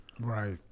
Right